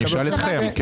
אנחנו נשאל אתכם.